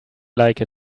like